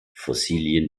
fossilien